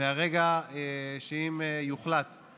מהרגע, אם יוחלט להחזיר